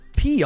pr